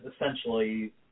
essentially